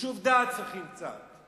יישוב דעת צריכים קצת.